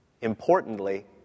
Importantly